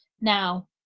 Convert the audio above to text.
now